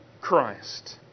Christ